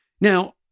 Now